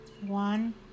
one